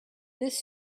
this